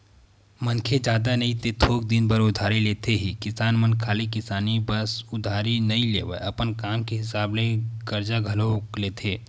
मनखे जादा नई ते थोक दिन बर उधारी लेथे ही किसान मन खाली किसानी म बस उधारी नइ लेवय, अपन काम के हिसाब ले करजा घलोक लेथे